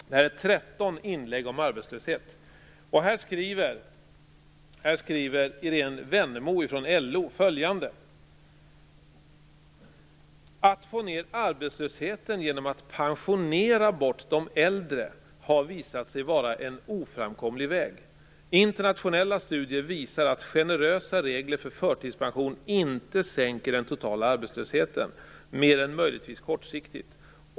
Boken heter Tretton inlägg om arbetslöshet. I den skriver Irene Wennemo från LO följande: Att få ned arbetslösheten genom att pensionera bort de äldre har visat sig vara en oframkomlig väg. Internationella studier visar att generösa regler för förtidspension inte sänker den totala arbetslösheten mer än möjligtvis kortsiktigt.